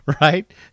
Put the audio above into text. Right